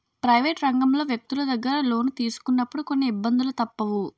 private రంగంలో వ్యక్తులు దగ్గర లోను తీసుకున్నప్పుడు కొన్ని ఇబ్బందులు తప్పవు